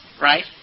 right